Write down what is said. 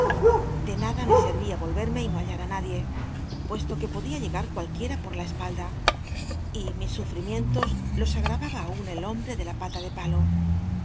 de nada me servía verme y no hallar i nadie puesto que podia llegar por la espalda y mis sufrimientos los agravaba aun el hombre de la pata de palo